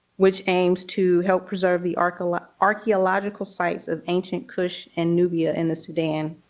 which aims to help preserve the archaeological archaeological sites of ancient kush and nubia in the sudan,